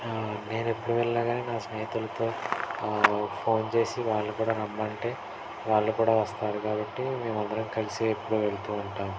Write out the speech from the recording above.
నేను ఎప్పుడు వెళ్ళినా కానీ నా స్నేహితులతో ఫోన్ చేసి వాళ్ళు కూడా రమ్మంటే వాళ్ళు కూడా వస్తారు కాబట్టి మేమందరం కలిసి ఎప్పుడూ వెళ్తూ ఉంటాం